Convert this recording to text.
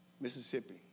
Mississippi